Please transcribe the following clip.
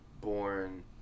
born